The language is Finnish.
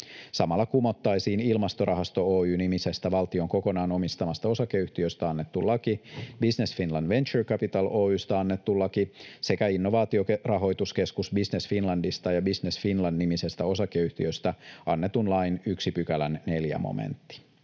Samalla kumottaisiin Ilmastorahasto Oy -nimisestä valtion kokonaan omistamasta osakeyhtiöstä annettu laki, Business Finland Venture Capital Oy:stä annettu laki sekä innovaatiorahoituskeskus Business Finlandista ja Business Finland -nimisestä osakeyhtiöstä annetun lain 1 §:n 4 momentti.